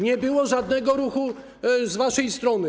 Nie było żadnego ruchu z waszej strony.